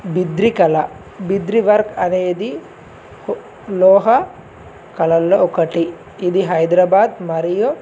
బిద్రి కళ బిద్రీ వర్క్ అనేది లోహ కళల్లో ఒకటి ఇది హైదరాబాద్ మరియు